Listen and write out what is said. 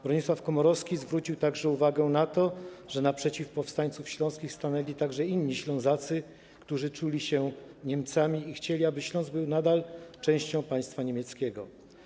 Bronisław Komorowski zwrócił także uwagę na to, że naprzeciwko powstańców śląskich stanęli także inni Ślązacy, którzy czuli się Niemcami i chcieli, aby Śląsk był nadal częścią państwa niemieckiego.